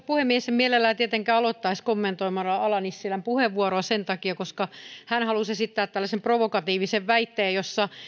puhemies en mielellään tietenkään aloittaisi kommentoimalla ala nissilän puheenvuoroa sen takia koska hän halusi esittää tällaisen provokatiivisen väitteen jossa